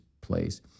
place